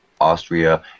Austria